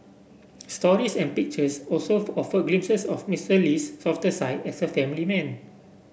stories and pictures also offered glimpses of Mister Lee's softer side as a family man